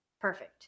Perfect